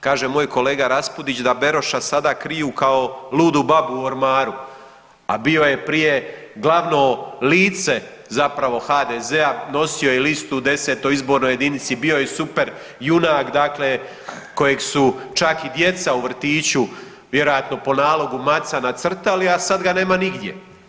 Kaže moj kolega Raspudić da Beroša sada kriju kao ludu babu u ormaru, a bio je prije glavno lice zapravo HDZ-a, nosio je listu u 10. izbornoj jedinici bio je super junak dakle kojeg su čak i djeca u vrtiću vjerojatno po nalogu macana crtali, a sad ga nema nigdje.